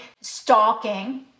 stalking